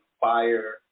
fire